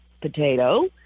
potato